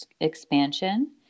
expansion